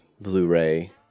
Blu-ray